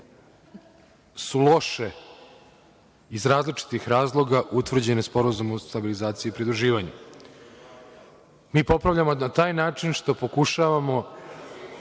su loše iz različitih razloga utvrđenim Sporazumom o stabilizacije i pridruživanju. Mi popravljamo na taj način što pokušavamo